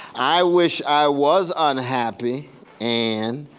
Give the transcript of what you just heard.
i wish i was unhappy and,